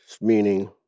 meaning